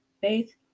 Faith